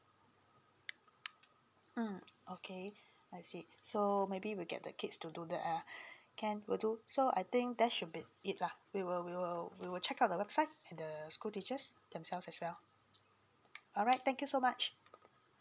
mm okay I see so maybe we get the kids to do that ah can will do so I think that should be it lah we will we will we will check out the webside and the school teachers themselves as well alright thank you so much